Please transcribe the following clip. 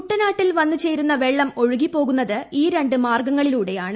കുട്ടനാട്ടിൽ വന്ന് ചേരുന്ന വെള്ളം ഒഴുകി പോകുന്നത് ഈ രണ്ട് മാർഗ്ഗങ്ങളിലൂടെയാണ്